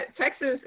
Texas